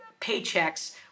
paychecks